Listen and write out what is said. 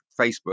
Facebook